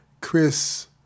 Chris